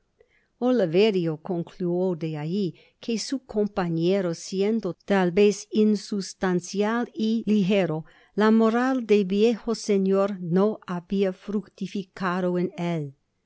oliverio concluyó de ahi que su compañero siendo tal vez insustancial y ligero la moral del viejo señor no habia fructificado en él